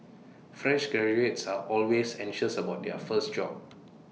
fresh graduates are always anxious about their first job